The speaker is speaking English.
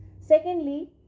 Secondly